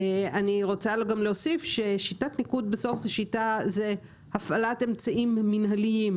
אני רוצה גם להוסיף שבסוף שיטת ניקוד היא הפעלת אמצעים מינהליים